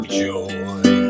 joy